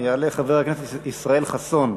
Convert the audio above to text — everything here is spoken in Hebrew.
יעלה חבר הכנסת ישראל חסון,